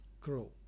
grow